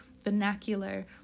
vernacular